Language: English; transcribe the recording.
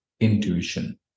intuition